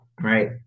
right